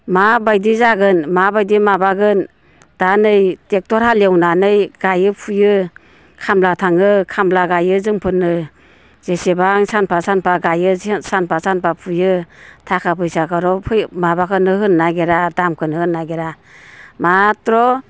माबायदि जागोन माबायदि माबागोन दा नै टेक्ट'र हालेवनानै गायो फुयो खामला थाङो खामला गायो जोंफोरनो जेसेंबां सानफा सानफा गायो सानफा सानफा फुयो थाखा फैसाखौर' माबाखौनो होनो नागिरा दामखौनो होनो नागेरा माथ्र'